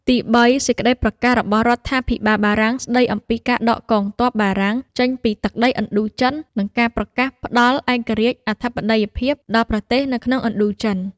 ទីបី សេចក្តីប្រកាសរបស់រដ្ឋាភិបាលបារាំង ស្តីអំពីការដកកងទ័ពបារាំងចេញពីទឹកដីឥណ្ឌូចិន និងការប្រកាសផ្តល់ឯករាជ្យ អធិបតេយ្យភាពដល់ប្រទេសនៅក្នុងឥណ្ឌូ ចិន។